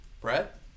Brett